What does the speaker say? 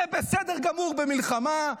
זה בסדר גמור במלחמה.